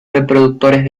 reproductores